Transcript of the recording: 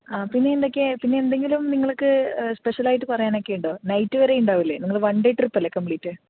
ആ പിന്നെ എന്തൊക്കെയാ പിന്നെ എന്തെങ്കിലും നിങ്ങൾക്ക് സ്പെഷ്യലായിട്ടു പറയാനൊക്കെയിണ്ടോ നൈറ്റ് വരെ ഉണ്ടാവില്ലെ നിങ്ങൾ വൺ ഡേ ട്രിപ്പല്ലേ കമ്പ്ലീറ്റ്